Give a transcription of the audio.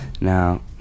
Now